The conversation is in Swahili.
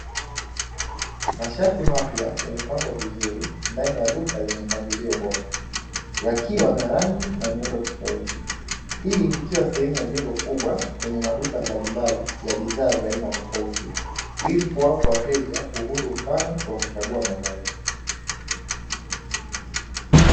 Mashati mapya yamepangwa vizuri ndani ya duka Lenye mpangilio bora, yakiwa na rangi na miundo tofauti, hii ikiwa ni sehemu ya jengo kubwa lenye maduka mbalimbali ya bidhaa za aina tofauti ili kuwapa wateja uhuru mpana wa kuchagua mavazi.